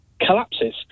collapses